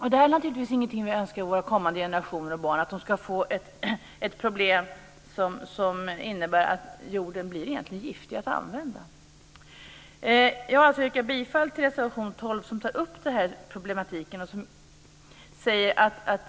Detta är naturligtvis inget som vi önskar våra kommande generationer och barn - att de ska få ett problem som innebär att jorden blir giftig att använda. Jag yrkar bifall till reservation 12, där denna problematik tas upp.